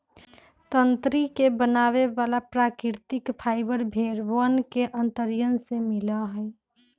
तंत्री के बनावे वाला प्राकृतिक फाइबर भेड़ वन के अंतड़ियन से मिला हई